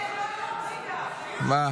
(הזכות לחינוך לילדים במסגרת השמה חוץ-ביתית),